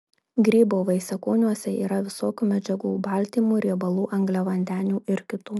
grybo vaisiakūniuose yra visokių medžiagų baltymų riebalų angliavandenių ir kitų